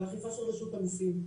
ואכיפה של רשות המיסים.